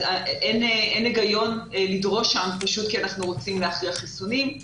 אז אין היגיון לדרוש שם כי אנחנו רוצים להכריח חיסונים.